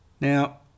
now